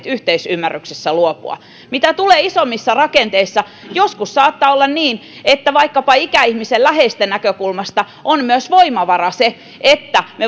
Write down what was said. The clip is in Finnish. yhteisymmärryksessä luopua mitä tulee isompiin rakenteisiin joskus saattaa olla niin että vaikkapa ikäihmisen läheisten näkökulmasta se on myös voimavara että me